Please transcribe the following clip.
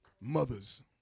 mothers